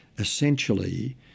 essentially